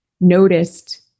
noticed